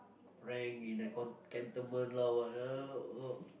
rank in a cantonment lah whatever uh